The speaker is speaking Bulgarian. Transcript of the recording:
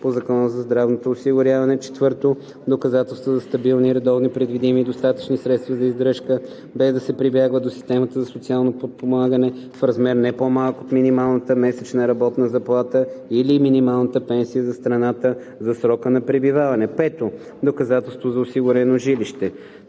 по Закона за здравното осигуряване; 4. доказателства за стабилни, редовни, предвидими и достатъчни средства за издръжка, без да се прибягва до системата за социално подпомагане, в размер, не по-малък от минималната месечна работна заплата или минималната пенсия за страната, за срока на пребиваване; 5. доказателство за осигурено жилище.